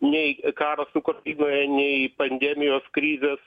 nei karas ukrainoje nei pandemijos krizės